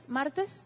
martes